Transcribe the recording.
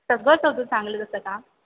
सगळं सगळं चांगलं तसं का